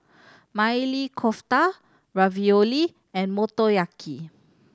Maili Kofta Ravioli and Motoyaki